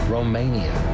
Romania